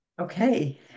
okay